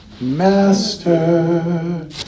Master